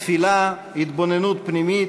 תפילה, התבוננות פנימית,